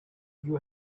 you